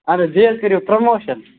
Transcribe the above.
اہن حظ بیٚیہِ حظ کٔرِو پرٛموشَن